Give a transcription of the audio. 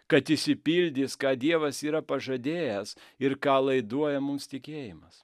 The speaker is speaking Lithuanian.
kad išsipildys ką dievas yra pažadėjęs ir ką laiduoja mums tikėjimas